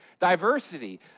diversity